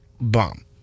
bomb